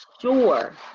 sure